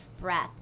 breath